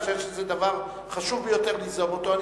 אני חושב שזה דבר חשוב ביותר ליזום אותו.